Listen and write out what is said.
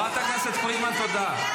חברת הכנסת פרידמן, תודה.